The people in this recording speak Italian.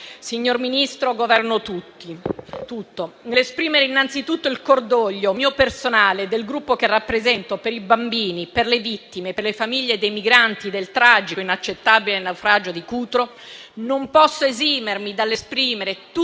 signor Ministro, Governo tutto,